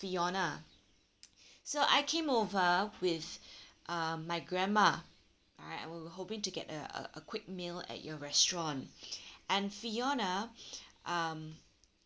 fiona so I came over with uh my grandma right I was hoping to get a a quick meal at your restaurant and fiona um